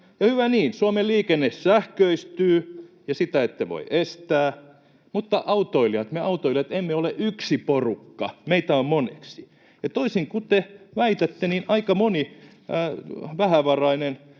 hyvä niin. Suomen liikenne sähköistyy, ja sitä ette voi estää, mutta me autoilijat emme ole yksi porukka, meitä on moneksi. Toisin kuin te väitätte, niin aika moni vähävarainen